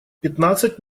пятнадцать